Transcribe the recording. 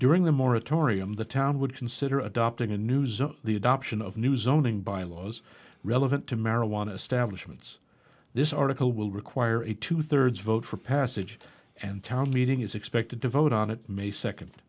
during the moratorium the town would consider adopting a new zone the adoption of new zoning by laws relevant to marijuana stablish ment's this article will require a two thirds vote for passage and town meeting is expected to vote on it may second